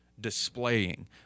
displaying